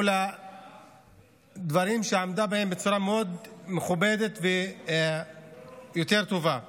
לה דברים שהיא עמדה בהם בצורה מאוד מכובדת וטובה יותר.